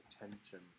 attention